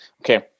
Okay